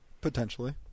Potentially